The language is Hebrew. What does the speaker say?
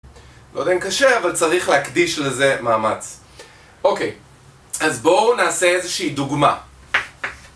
לא יודע אם קשה אבל צריך להקדיש לזה מאמץ. אוקיי, אז בואו נעשה איזושהי דוגמה